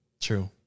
True